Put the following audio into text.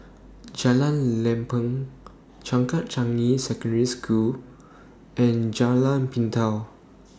Jalan Lempeng Changkat Changi Secondary School and Jalan Pintau